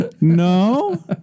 No